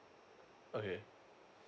okay